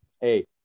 Hey